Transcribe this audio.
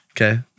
okay